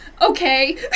okay